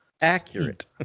accurate